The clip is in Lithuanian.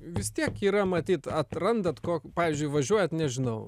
vis tiek yra matyt atrandat ko pavyzdžiui važiuojat nežinau